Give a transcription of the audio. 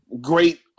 great